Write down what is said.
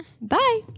Bye